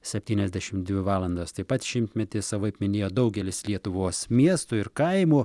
septyniasdešim dvi valandas taip pat šimtmetį savaip minėjo daugelis lietuvos miestų ir kaimų